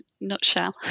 nutshell